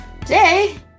today